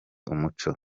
umuco